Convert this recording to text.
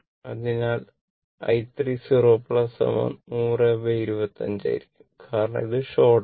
അതിനാൽ i 3 0 100 25 ആയിരിക്കും കാരണം ഇത് ഷോർട് ആണ്